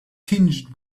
tinged